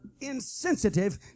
insensitive